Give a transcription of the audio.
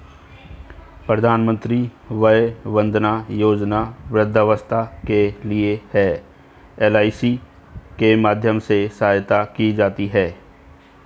प्रधानमंत्री वय वंदना योजना वृद्धावस्था के लिए है, एल.आई.सी के माध्यम से सहायता की जाती है